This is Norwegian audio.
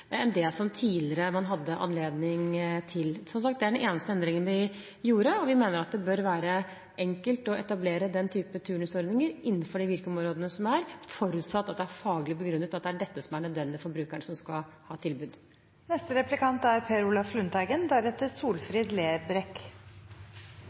enn det man tidligere hadde anledning til. Som sagt er det den eneste endringen vi gjorde, og vi mener at det bør være enkelt å etablere den typen turnusordninger innenfor de virkeområdene som er, forutsatt at det er faglig begrunnet at det er dette som er nødvendig for brukeren som skal ha